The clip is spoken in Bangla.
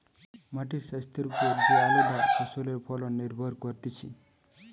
মাটির স্বাস্থ্যের ওপর যে আলদা ফসলের ফলন নির্ভর করতিছে